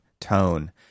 tone